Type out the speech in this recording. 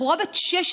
בחורה בת 16,